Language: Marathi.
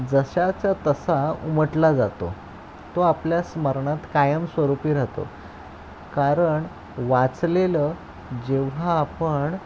जशाचा तसा उमटला जातो तो आपल्या स्मरणात कायम स्वरूपी राहतो कारण वाचलेलं जेव्हा आपण